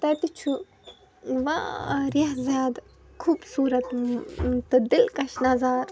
تَتہِ چھُ وارِیاہ زیادٕ خوٗبصوٗرت تہٕ دِلکش نَظار